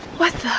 what the?